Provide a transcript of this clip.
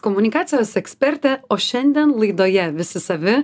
komunikacijos ekspertė o šiandien laidoje visi savi